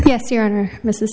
yes your honor mrs